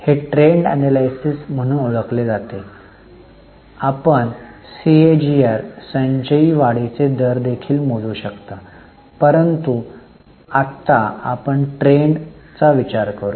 हे trend analysis म्हणून ओळखले जाते आपण सीएजीआर संचयी वाढीचे दर देखील मोजू शकतो परंतु आत्ता आपण ट्रेंड करू